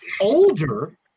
older